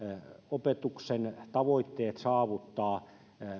opetuksen tavoitteet saavuttaa